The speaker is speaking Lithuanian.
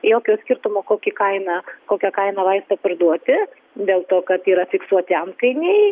jokio skirtumo kokį kainą kokia kaina vaistą parduoti dėl to kad yra fiksuoti antkainiai